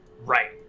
Right